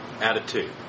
attitude